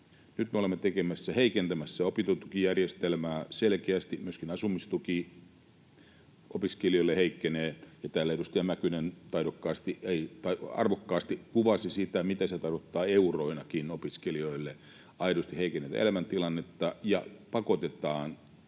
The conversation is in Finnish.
Nyt me olemme heikentämässä opintotukijärjestelmää selkeästi, myöskin asumistuki opiskelijoille heikkenee. Täällä edustaja Mäkynen taidokkaasti — ei, arvokkaasti — kuvasi sitä, mitä se tarkoittaa euroinakin opiskelijoille: aidosti heikennetään elämäntilannetta